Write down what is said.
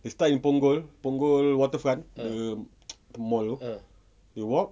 they start in punggol punggol waterfront mall tu you walk